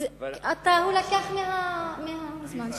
אבל לראשי המועצות